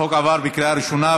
הצעת החוק עברה בקריאה ראשונה,